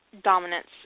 dominance